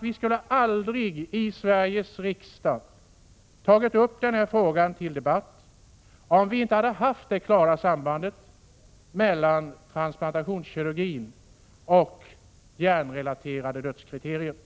Vi skulle aldrig ha tagit upp den här frågan till debatt i Sveriges riksdag om inte detta klara samband mellan transplantationskirur gin och hjärnrelaterade dödskriterier hade